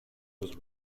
was